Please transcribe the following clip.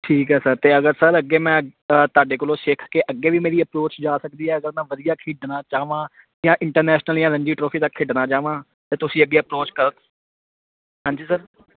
ਠੀਕ ਹੈ ਸਰ ਅਤੇ ਅਗਰ ਸਰ ਅੱਗੇ ਮੈਂ ਤੁਹਾਡੇ ਕੋਲੋਂ ਸਿੱਖ ਕੇ ਅੱਗੇ ਵੀ ਮੇਰੀ ਅਪਰੋਚ ਜਾ ਸਕਦੀ ਹੈ ਅਗਰ ਮੈਂ ਵਧੀਆ ਖੇਡਣਾ ਚਾਹਵਾਂ ਜਾਂ ਇੰਟਰਨੈਸ਼ਨਲ ਜਾਂ ਰਣਜੀ ਟਰੋਫੀ ਤੱਕ ਖੇਡਣਾ ਚਾਹਵਾਂ ਤਾਂ ਤੁਸੀਂ ਅੱਗੇ ਅਪਰੋਚ ਕਰ ਹਾਂਜੀ ਸਰ